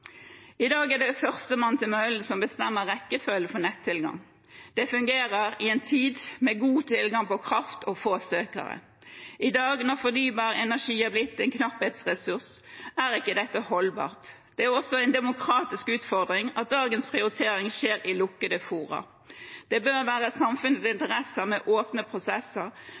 I dag er det førstemann til mølla som bestemmer rekkefølgen for nettilgang. Det fungerer i en tid med god tilgang på kraft og få søkere. I dag, når fornybar energi er blitt en knapphetsressurs, er ikke dette holdbart. Det er også en demokratisk utfordring at dagens prioritering skjer i lukkede fora. Det bør være i samfunnets interesse med åpne prosesser